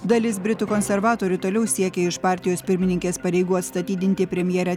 dalis britų konservatorių toliau siekia iš partijos pirmininkės pareigų atstatydinti premjerę